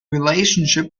relationship